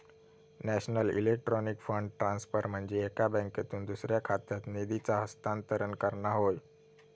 national electronic fund transfer म्हनजे एका बँकेतसून दुसऱ्या खात्यात निधीचा हस्तांतरण करणा होय